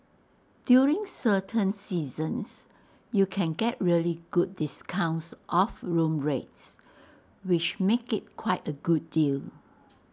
during certain seasons you can get really good discounts off room rates which make IT quite A good deal